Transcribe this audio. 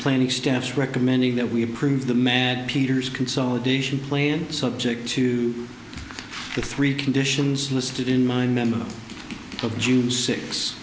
planning staffs recommending that we approve the mad peters consolidation play and subject to the three conditions listed in my member of june six